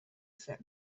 zen